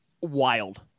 Wild